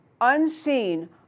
unseen